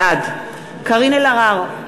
בעד קארין אלהרר,